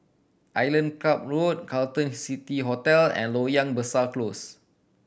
Island Club Road Carlton City Hotel and Loyang Besar Close